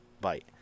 bite